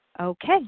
Okay